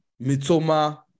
Mitoma